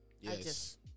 Yes